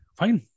fine